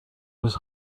was